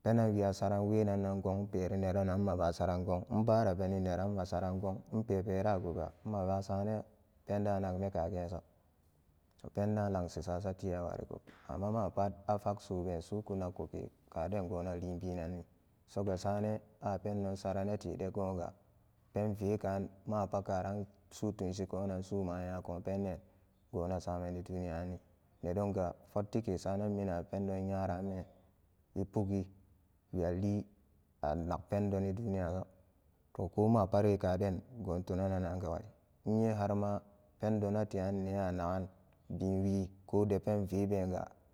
penan wi'a saran wenannangong inperi nedonan maba saran gong inbara beni neran ma saran gong inpepe raguga mabasanan penda nagmen kageso t-penda langshisasa tiyawariko amma mapat afaksuben suku nakku be-kaden go alibinanni soga sanen a pendonsaranate de goga penue ka mapa karan sutunshi kaunan suma nyakun penden gona samani duniya ranni nedonga fotti ke sanan minan a pendon nyaraben epugi wiyali anag pendoni duniya so to komapure kaden go tunananga innye nama pendonate nyan nee a nagan jumwi ko de ben vega.